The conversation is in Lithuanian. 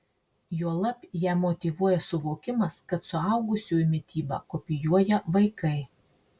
juolab ją motyvuoja suvokimas kad suaugusiųjų mitybą kopijuoja vaikai